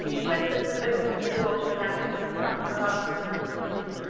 the princess then opened the door to aladdin, and flung her arms round his neck